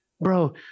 bro